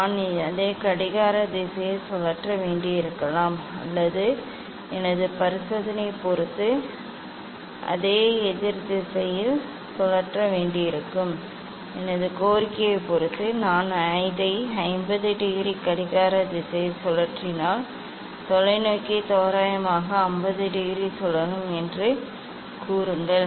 நான் அதை கடிகார திசையில் சுழற்ற வேண்டியிருக்கலாம் அல்லது எனது பரிசோதனையைப் பொறுத்து அதை எதிரெதிர் திசையில் சுழற்ற வேண்டியிருக்கலாம் எனது கோரிக்கையைப் பொறுத்து நான் அதை 50 டிகிரி கடிகார திசையில் சுழற்றினால் தொலைநோக்கி தோராயமாக 50 டிகிரி சுழலும் என்று கூறுங்கள்